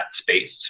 space